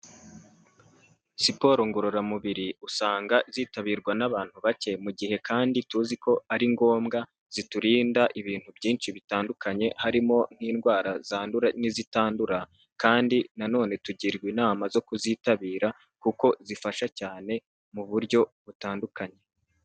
Siporo ngororamubiri, usanga zitabirwa n'abantu bake, mu gihe kandi tuziko ari ngombwa ziturinda ibintu byinshi bitandukanye, harimo n'indwara zandura n'izitandura, kandi nanone tugirwa inama zo kuzitabira, kuko zifasha cyane mu buryo butandukanye.